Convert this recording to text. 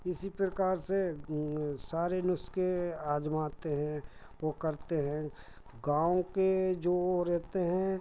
इसी प्रकार से सारे नुस्क़े आज़माते हैं वे करते हैं गाँव के जो रहते हैं